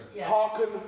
hearken